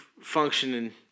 functioning